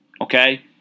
okay